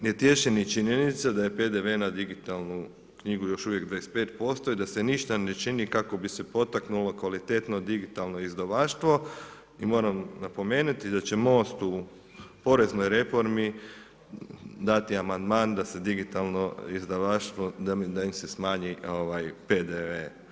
Ne tješi ni činjenica da je PDV digitalnu knjigu još uvijek 25% i da se ništa ne čini kako bi se potaknulo kvalitetno digitalno izdavaštvo i moram napomenuti da će MOST u poreznoj reformi dati amandman da se digitalno izdavaštvo, da im se smanji PDV.